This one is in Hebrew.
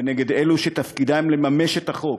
ונגד אלו שתפקידם לממש את החוק: